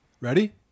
Ready